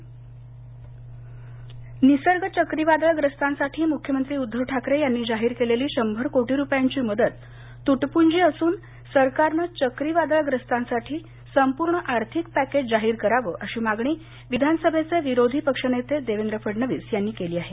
फडणवीस निसर्ग चक्रीवादळग्रस्तांसाठी मुख्यमंत्री उद्धव ठाकरे यांनी जाहीर केलेली शंभर कोटी रुपयांची मदत तूटपूंजी असून सरकारनं चक्रीवादळग्रस्तांसाठी संपूर्ण आर्थिक पॅकेज जाहीर करावं अशी मागणी विधानसभेतले विरोधी पक्षनेते देवेंद्र फडणवीस यांनी केली आहे